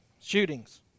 shootings